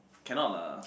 cannot lah